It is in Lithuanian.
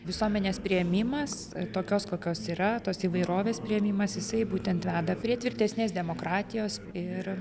visuomenės priėmimas tokios kokios yra tos įvairovės priėmimas jisai būtent veda prie tvirtesnės demokratijos ir